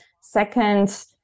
Second